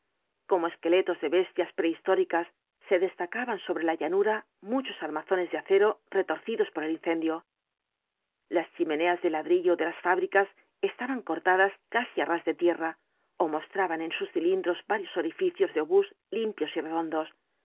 como esqueletos de bestias prehistóricas se destacaban sobre la llanura muchos armazones de acero retorcidos por el incendio las chimeneas de ladrillo de las fábricas estaban cortadas casi á ras de tierra ó mostraban en sus cilindros varios orificios de obús limpios y redondos